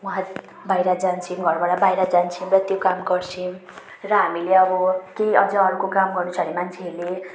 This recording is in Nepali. उहाँहरू बाहिर जान्छौँ घरबाट बाहिर जान्छौँ र त्यो काम गर्छौँ र हामीले अब केही अझ अर्को काम गर्नु छ भने मान्छेहरूले